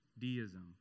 deism